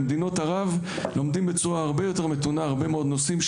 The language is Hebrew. במדינות ערב לומדים בצורה הרבה יותר מתונה הרבה מאוד נושאים,